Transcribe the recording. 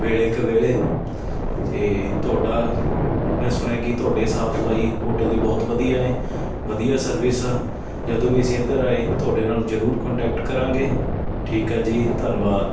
ਵੇਲੇ ਕਵੇਲੇ ਅਤੇ ਤੁਹਾਡਾ ਮੈਂ ਸੁਣਿਆ ਕੀ ਤੁਹਾਡੇ ਸਾਫ਼ ਸਫਾਈ ਹੋਟਲ ਦੀ ਬਹੁਤ ਵਧੀਆ ਹੈ ਵਧੀਆ ਸਰਵਿਸ ਆ ਜਦੋਂ ਵੀ ਅਸੀਂ ਇੱਧਰ ਆਏ ਤੁਹਾਡੇ ਨਾਲ ਜ਼ਰੂਰ ਕੋਂਨਟੈਕਟ ਕਰਾਂਗੇ ਠੀਕ ਆ ਜੀ ਧੰਨਵਾਦ